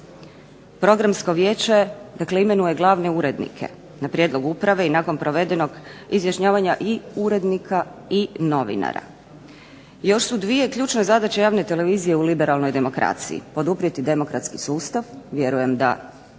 Programsko vijeće dakle imenuje glavne urednike na prijedlog uprave i nakon provedenog izjašnjavanja i urednika i novinara. Još su 2 ključne zadaće javne televizije u liberalnoj demokraciji. Poduprijeti demokratski sustav, vjerujem da